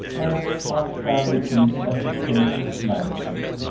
and as much family peace as his patience merited.